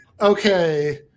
okay